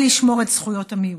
ולשמור את זכויות המיעוט.